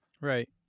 Right